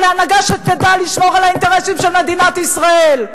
אבל הנהגה שתדע לשמור על האינטרסים של מדינת ישראל.